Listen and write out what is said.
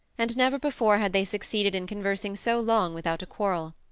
and never before had they succeeded in conversing so long without a quarrel.